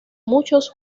muchos